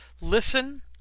listen